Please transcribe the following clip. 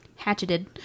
hatcheted